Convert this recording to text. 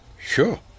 Sure